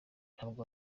ntabwo